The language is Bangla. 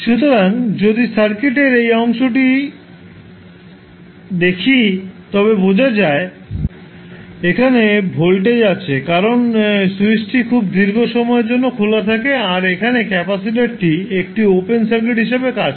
সুতরাং সার্কিটের এই অংশটি দেখলে বোঝা যায় এখানে ভোল্টেজ আছে কারণ স্যুইচটি খুব দীর্ঘ সময়ের জন্য খোলা থাকে আর এখানে ক্যাপাসিটরটি একটি ওপেন সার্কিট হিসাবে কাজ করে